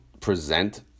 present